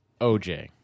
OJ